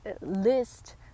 list